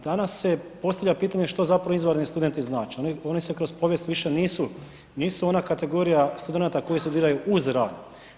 Danas se postavlja pitanje što zapravo izvanredni studenti znače, oni se kroz povijest više nisu ona kategorija studenata koji studiraju uz rad.